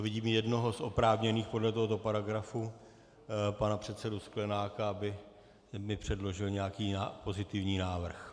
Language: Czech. Vidím jednoho z oprávněných podle tohoto paragrafu, pana předsedu Sklenáka, aby mi předložil nějaký pozitivní návrh.